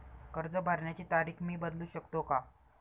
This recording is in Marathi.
कर्ज भरण्याची तारीख मी बदलू शकतो का?